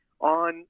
on